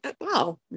wow